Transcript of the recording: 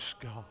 God